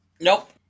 Nope